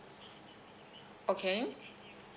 okay